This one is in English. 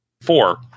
Four